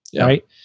right